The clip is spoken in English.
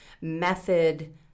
method